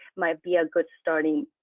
might be a good, starting,